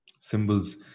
symbols